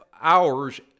hours